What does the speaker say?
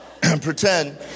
pretend